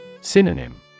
Synonym